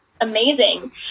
amazing